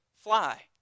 fly